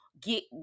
get